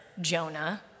Jonah